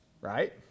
right